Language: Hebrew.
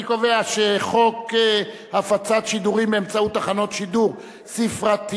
אני קובע שחוק הפצת שידורים באמצעות תחנות שידור ספרתיות,